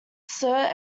sir